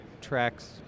tracks